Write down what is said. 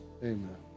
Amen